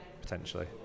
potentially